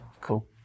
Cool